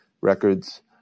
records